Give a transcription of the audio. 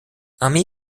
armee